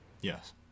yes